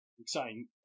exciting